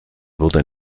wurde